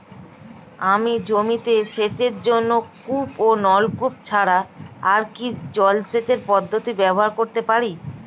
আমি জমিতে সেচের জন্য কূপ ও নলকূপ ছাড়া আর কি জলসেচ পদ্ধতি ব্যবহার করতে পারি?